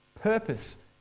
purpose